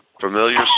Familiar